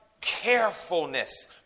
carefulness